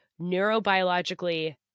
neurobiologically